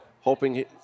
hoping